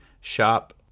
shop